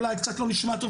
אולי היא קצת לא נשמעת טוב,